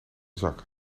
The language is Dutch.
zak